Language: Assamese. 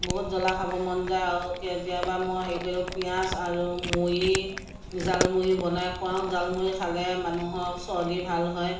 বহুত জ্ৱলা খাব মন যায় আৰু কেতিয়াবা মই হেৰি কৰি দিওঁ পিঁয়াজ আৰু মুড়ী জালমুড়ী বনাই খুৱাওঁ জালমুড়ী খালে মানুহৰ চৰ্দি ভাল হয়